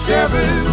Seven